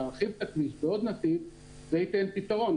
להרחיב את הכביש בעוד נתיב זה ייתן פתרון,